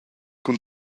cun